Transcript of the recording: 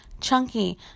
chunky